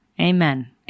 amen